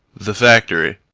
the factory.